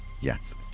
Yes